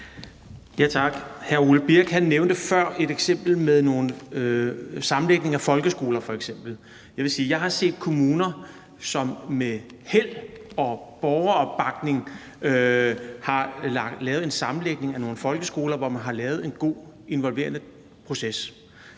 Tak. Hr. Ole Birk Olesen nævnte før et eksempel med nogle sammenlægninger af folkeskoler. Jeg vil sige, at jeg har set kommuner, som med held og borgeropbakning har lavet en sammenlægning af nogle folkeskoler, hvor man har lavet en god og involverende proces.